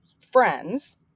friends